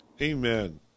Amen